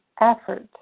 effort